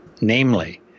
Namely